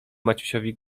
maciusiowi